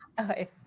Okay